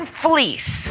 fleece